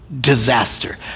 disaster